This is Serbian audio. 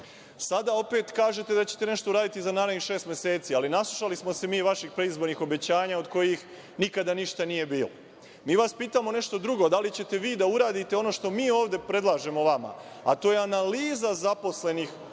opet kažete da ćete nešto da uradite za narednih šest meseci. Ali naslušali smo se mi vaših predizbornih obećanja od kojih nikada ništa nije bilo. Mi vas pitamo nešto drugo – da li ćete vi da uradite ono što mi ovde predlažemo vama, a to je analiza zaposlenih u javnom